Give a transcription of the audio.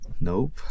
Nope